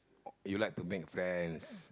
you like to make friends